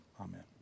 amen